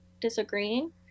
disagreeing